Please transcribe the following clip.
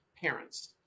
parents